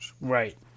Right